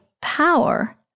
power